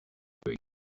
doing